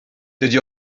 dydy